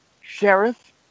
sheriff